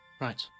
Right